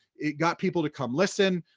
it got people to come listen,